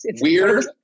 Weird